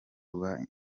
uba